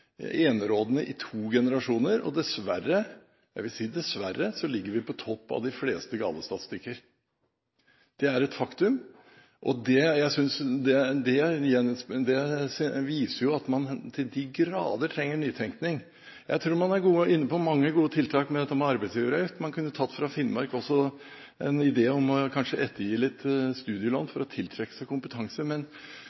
i to generasjoner, og dessverre – jeg vil si dessverre – ligger vi på topp av de fleste gale statistikker. Det er et faktum, og det viser jo at man til de grader trenger nytenkning. Jeg tror man er inne på mange gode tiltak, bl.a. dette med arbeidsgiveravgift, og fra Finnmark kunne man kanskje tatt ideen om å ettergi litt studielån